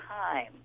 time